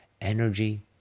energy